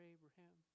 Abraham